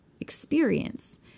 experience